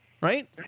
right